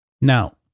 Now